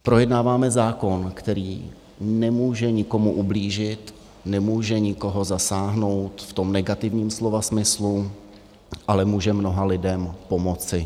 Projednáváme zákon, který nemůže nikomu ublížit, nemůže nikoho zasáhnout v negativním slova smyslu, ale může mnoha lidem pomoci.